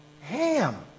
ham